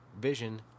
Vision